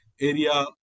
area